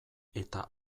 eta